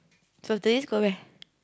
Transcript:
so today's go where